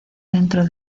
dentro